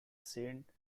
saint